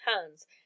hands